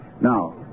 Now